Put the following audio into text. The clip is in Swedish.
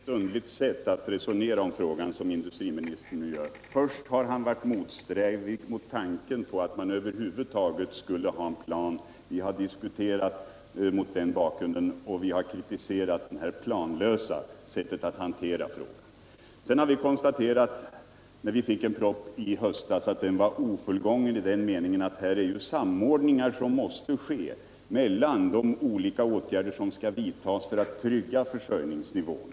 Herr talman! Det är verkligen ett underligt resonemang om frågan som industriministern nu för. Först har han varit motsträvig mot tanken på att man över huvud taget skulle ha en plan. Vi har diskuterat mot den bakgrunden och kritiserat detta planlösa sätt att hantera frågan. När vi sedan fick en proposition i höstas konstaterade vi att den var ofullgången i den meningen att det måste ske en samordning mellan de olika åtgärder som skall vidtas för att trygga försörjningsnivån.